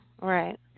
Right